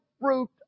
fruit